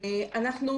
נתוני מפתח.